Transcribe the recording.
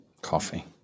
Coffee